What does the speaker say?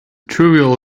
trivial